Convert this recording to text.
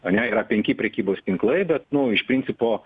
ane yra penki prekybos tinklai bet nu iš principo